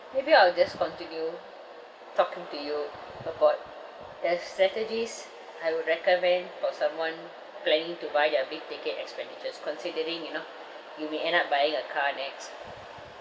maybe I'll just continue talking to you about the strategies I would recommend for someone planning to buy their big ticket expenditures considering you know you may end up buying a car next